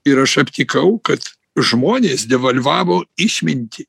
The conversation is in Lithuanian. ir aš aptikau kad žmonės devalvavo išmintį